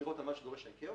מחמירות על מה שדורש ה-ICAO,